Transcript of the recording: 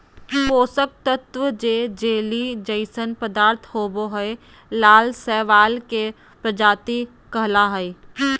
पोषक तत्त्व जे जेली जइसन पदार्थ होबो हइ, लाल शैवाल के प्रजाति कहला हइ,